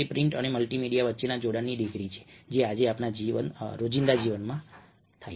તે પ્રિન્ટ અને મલ્ટીમીડિયા વચ્ચેના જોડાણની ડિગ્રી છે જે આજે આપણા રોજિંદા જીવનમાં થાય છે